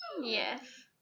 Yes